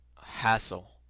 hassle